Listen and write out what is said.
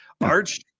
Arch